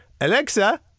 Alexa